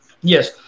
Yes